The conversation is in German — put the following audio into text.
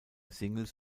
singles